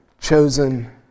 chosen